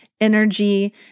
energy